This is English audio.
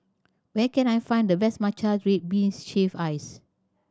where can I find the best matcha red bean shave ice